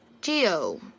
Geo